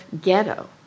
ghetto